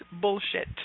bullshit